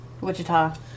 Wichita